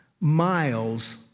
miles